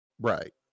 Right